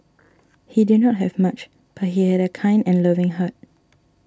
he did not have much but he had a kind and loving heart